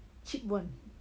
cheap [one]